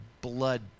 blood